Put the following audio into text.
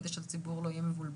כדי שהציבור לא יהיה מבולבל.